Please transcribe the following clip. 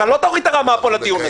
אתה לא תוריד את הרמה של הדיון הזה.